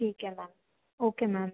ठीक है ma'am okay ma'am